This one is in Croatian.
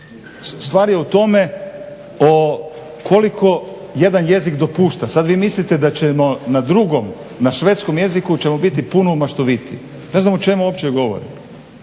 Stvar je u tome o koliko jedan jezik dopušta. Sada vi mislite da ćemo na drugom, na švedskom jeziku ćemo biti puno maštovitiji. Ne znam o čemu uopće govorite.